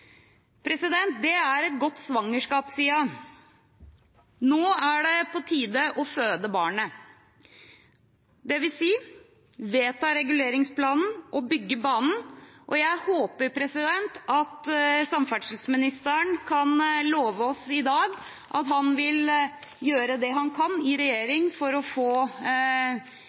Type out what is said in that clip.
2019. Det er et godt svangerskap siden. Nå er det på tide å føde barnet, dvs. å vedta reguleringsplanen og bygge banen. Jeg håper at samferdselsministeren kan love oss i dag at han vil gjøre det han kan i regjering for å få